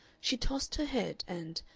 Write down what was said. she tossed her head, and,